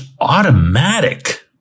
automatic